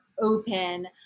open